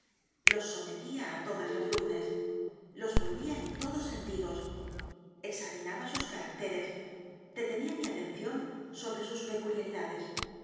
los sometía á todas las luces los volvía en todos sentidos examinaba sus caracteres detenía mi atención sobre sus peculiaridades